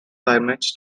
climates